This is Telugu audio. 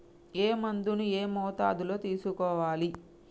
ఏ మందును ఏ మోతాదులో తీసుకోవాలి?